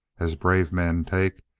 as brave men take,